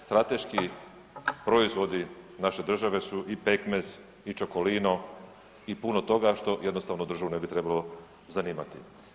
Strateški proizvodi naše države su i pekmez i čokolino i puno toga što jednostavno državu ne bi trebalo zanimati.